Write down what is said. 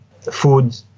food